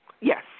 Yes